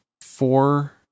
Four